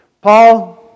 Paul